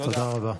תודה רבה.